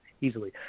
easily